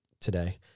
today